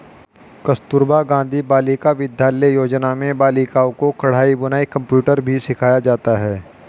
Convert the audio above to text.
कस्तूरबा गाँधी बालिका विद्यालय योजना में बालिकाओं को कढ़ाई बुनाई कंप्यूटर भी सिखाया जाता है